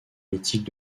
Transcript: mythique